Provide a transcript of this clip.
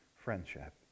friendship